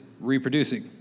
reproducing